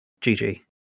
GG